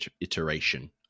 iteration